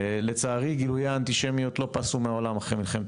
לצערי גילויי האנטישמיות לא פסו מהעולם אחרי מלחמת